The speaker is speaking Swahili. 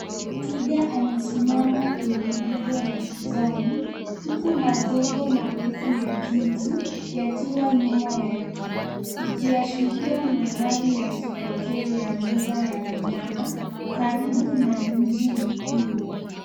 Twiga amesimama kwenye mbuga ya kijani, huku majengo marefu ya jiji yakiwa nyuma yake ikiashiria mandhari ya kipekee ya mbuga ya wanyama karibu na mji mkuu.